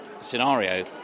scenario